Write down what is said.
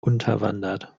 unterwandert